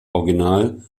original